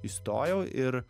įstojau ir